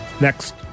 Next